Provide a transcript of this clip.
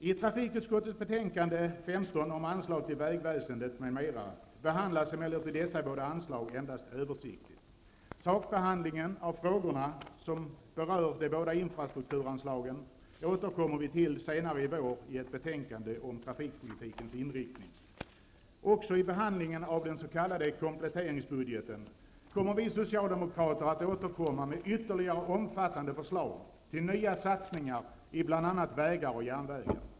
I trafikutskottets betänkande 15 om anslag till vägväsendet m.m. behandlas emellertid dessa båda anslag endast översiktligt. Sakbehandlingen av frågorna, som berör de båda infrastrukturanslagen, återkommer vi till senare i vår i ett betänkande om trafikpolitikens inriktning. Också i behandlingen av den s.k. kompletteringsbudgeten kommer vi socialdemokrater att återkomma med ytterligare omfattande förslag till nya satsningar i bl.a. vägar och järnvägar.